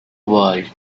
world